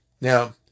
Now